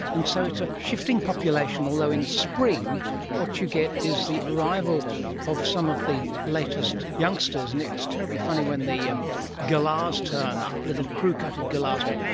and so it's a shifting population. although in spring what you get is the arrival of some of the latest youngsters and it's terribly funny when the ah galahs turn up, little crewcutted galahs going,